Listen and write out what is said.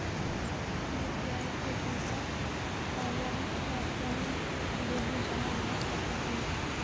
UPI के पैसा online आ ऑफलाइन दुनू जमा भ सकै इ?